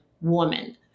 woman